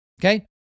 Okay